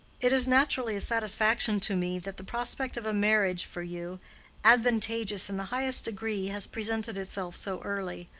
it is naturally a satisfaction to me that the prospect of a marriage for you advantageous in the highest degree has presented itself so early.